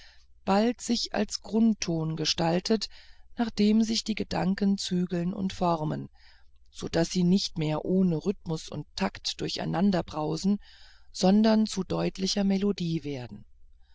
bald sich als grundton gestaltet nach dem sich die gedanken zügeln und formen so daß sie nicht mehr ohne rhythmus und takt durcheinanderbrausen sondern zu deutlicher melodie werden